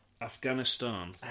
Afghanistan